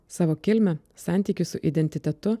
savo kilmę santykius su identitetu